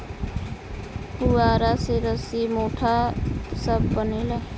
पुआरा से रसी, मोढ़ा सब बनेला